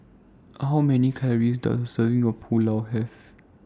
How Many Calories Does A Serving of Pulao Have